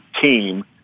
team